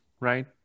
right